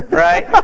right?